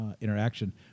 interaction